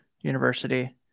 University